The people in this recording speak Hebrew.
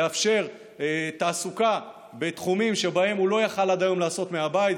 לאפשר תעסוקה בתחומים שבהם הוא לא היה יכול עד היום לעסוק מהבית,